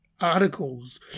articles